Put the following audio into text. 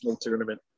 tournament